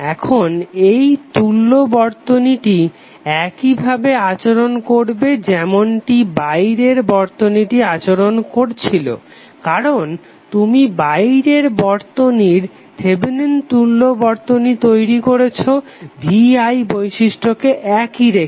এখন এই তুল্য বর্তনীটি একইভাবে আচরণ করবে যেমনটি বাইরের বর্তনীটি আচরণ করছিলো কারণ তুমি বাইরের বর্তনীর থেভেনিন তুল্য বর্তনী তৈরি করছো vi বিশিষ্টকে একই রেখে